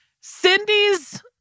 Cindy's